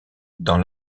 dans